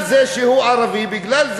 בנגב?